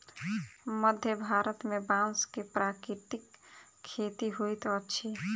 मध्य भारत में बांस के प्राकृतिक खेती होइत अछि